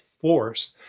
force